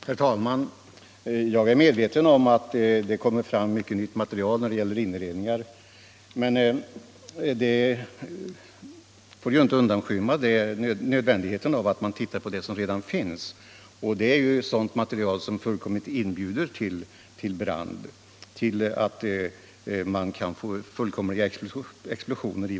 Herr talman! Jag är medveten om att det kommer fram mycket nya inredningsmaterial, men det får inte undanskymma nödvändigheten av att undersöka det som redan finns. Det är sådana material som inbjuder till explosioner.